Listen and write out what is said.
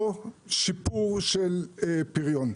או שיפור של פריון,